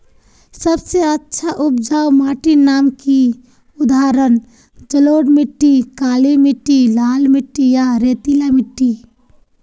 सबसे अच्छा उपजाऊ माटिर नाम की उदाहरण जलोढ़ मिट्टी, काली मिटटी, लाल मिटटी या रेतीला मिट्टी?